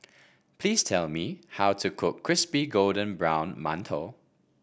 please tell me how to cook Crispy Golden Brown Mantou